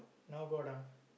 now got ah